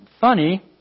Funny